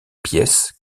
pièces